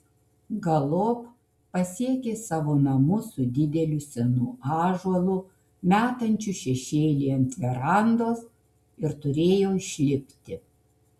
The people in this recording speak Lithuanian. galop pasiekė savo namus su dideliu senu ąžuolu metančiu šešėlį ant verandos ir turėjo išlipti